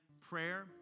prayer